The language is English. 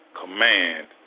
command